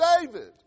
David